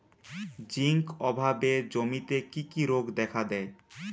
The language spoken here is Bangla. জিঙ্ক অভাবে জমিতে কি কি রোগ দেখাদেয়?